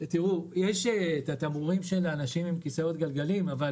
יש תמרורים של אנשים עם כיסאות גלגלים אבל